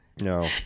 no